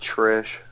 Trish